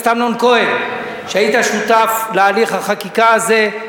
היית שותף להליך החקיקה הזה,